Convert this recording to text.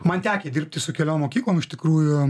man tekę dirbti su keliom mokyklom iš tikrųjų